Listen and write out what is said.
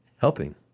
helping